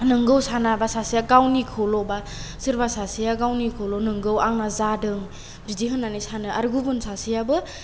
नंगौ सानाबा सासेया गावनिखौल'बा सोरबा सासेया गावनिखौल' नोंगौ आंना जादों बिदि होन्नानै सानो आरो गुबुन सासेयाबो